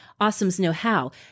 awesomesknowhow